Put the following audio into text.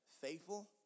faithful